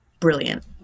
Brilliant